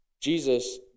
Jesus